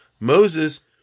Moses